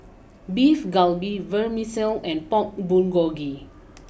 Beef Galbi Vermicelli and Pork Bulgogi